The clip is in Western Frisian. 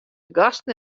gasten